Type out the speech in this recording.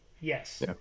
Yes